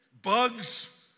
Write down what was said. Bugs